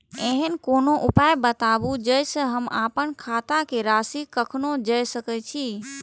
ऐहन कोनो उपाय बताबु जै से हम आपन खाता के राशी कखनो जै सकी?